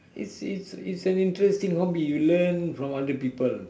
it's it's it's an interesting hobby you learn from other people